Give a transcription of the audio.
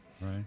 Right